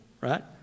right